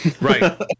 Right